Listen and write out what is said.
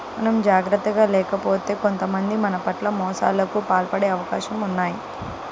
మనం జాగర్తగా లేకపోతే కొంతమంది మన పట్ల మోసాలకు పాల్పడే అవకాశాలు ఉన్నయ్